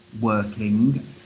working